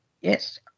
Yes